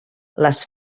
les